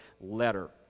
letter